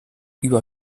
über